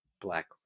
Black